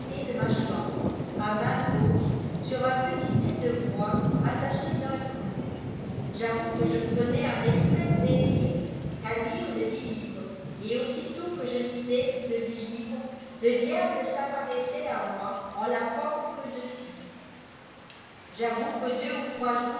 de ma chambre à main gauche sur un piedj àis de bois attaché d'un dou j'avoue que je prenais un extrême jilalsir à lire ledit livre et aussitôt que je lisais ledit fivrjb le jiàé s'apparaissait à moi en la forme que dessus taypue que deux ou trois jours